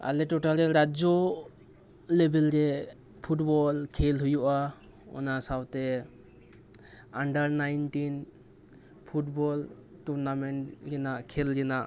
ᱟᱞᱮ ᱴᱚᱴᱷᱟᱨᱮ ᱨᱟᱡᱽᱡᱚ ᱞᱮᱵᱮᱞ ᱨᱮ ᱯᱷᱩᱴᱵᱚᱞ ᱠᱷᱮᱞ ᱦᱩᱭᱩᱜᱼᱟ ᱚᱱᱟ ᱥᱟᱶᱛᱮ ᱟᱱᱰᱟᱨ ᱱᱟᱭᱤᱱᱴᱤᱱ ᱯᱷᱩᱴᱵᱚᱞ ᱴᱩᱨᱱᱟᱢᱮᱱᱴ ᱨᱮᱭᱟᱜ ᱠᱷᱮᱞ ᱨᱮᱭᱟᱜ